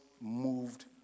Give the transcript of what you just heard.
moved